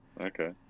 Okay